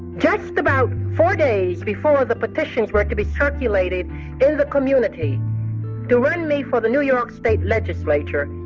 just about four days before the petitions were to be circulated in the community to run me for the new york state legislature,